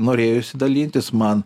norėjosi dalintis man